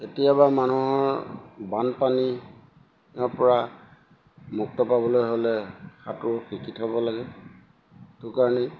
কেতিয়াবা মানুহৰ বানপানী পৰা মুক্ত পাবলৈ হ'লে সাঁতোৰ শিকি থ'ব লাগে সেইটো কাৰণেই